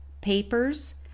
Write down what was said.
papers